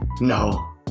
No